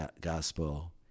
Gospel